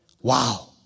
Wow